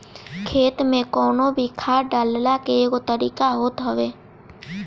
खेत में कवनो भी खाद डालला के एगो तरीका होत हवे